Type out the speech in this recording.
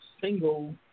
single